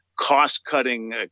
cost-cutting